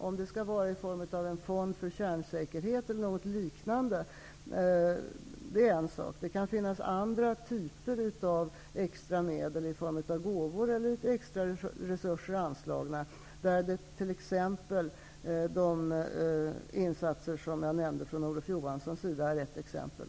Om de skall vara i form av en fond för kärnsäkerhet eller något liknande är en fråga. Det kan finnas andra typer av extra medel i form av gåvor eller litet extra resurser anslagna. De insatser från Olof Johanssons sida som jag nämnde är ett exempel.